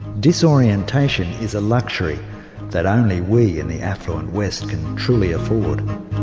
disorientation is a luxury that only we in the affluent west can truly afford.